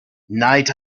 night